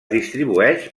distribueix